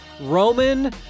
Roman